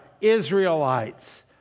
Israelites